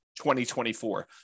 2024